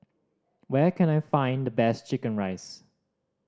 where can I find the best chicken rice